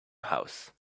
house